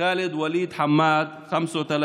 חאלד וליד חמאד, 35,